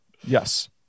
Yes